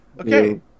Okay